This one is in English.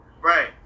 right